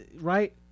Right